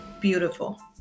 beautiful